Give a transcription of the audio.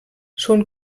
schon